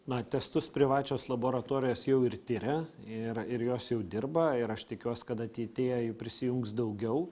na testus privačios laboratorijos jau ir tiria ir ir jos jau dirba ir aš tikiuos kad ateityje jų prisijungs daugiau